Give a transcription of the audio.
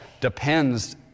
depends